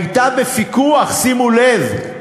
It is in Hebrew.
הייתה בפיקוח, שימו לב,